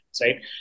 right